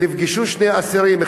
נפגשו שני אסירים,